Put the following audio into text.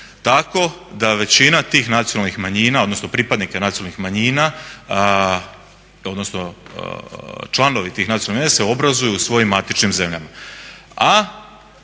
Tako da većina tih nacionalnih manjina, odnosno pripadnika nacionalnih manjina, odnosno članovi tih nacionalnih manjina se obrazuju u svojim matičnim zemljama,